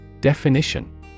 Definition